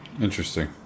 Interesting